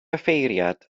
offeiriad